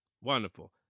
Wonderful